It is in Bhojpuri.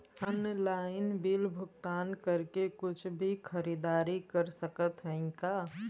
ऑनलाइन बिल भुगतान करके कुछ भी खरीदारी कर सकत हई का?